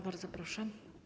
Bardzo proszę.